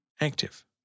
active